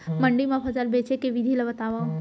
मंडी मा फसल बेचे के विधि ला बतावव?